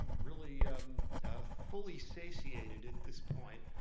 really fully satiated at this point.